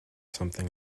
something